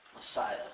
Messiah